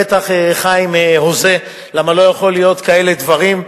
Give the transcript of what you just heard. בטח חיים הוזה כי לא יכולים להיות כאלה דברים.